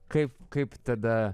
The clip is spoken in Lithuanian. kaip kaip tada